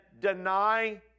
deny